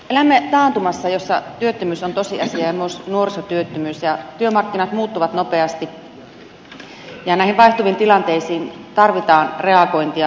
elämme taantumassa jossa työttömyys on tosiasia ja myös nuorisotyöttömyys ja työmarkkinat muuttuvat nopeasti ja näihin vaihtuviin tilanteisiin tarvitaan reagointia